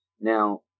Now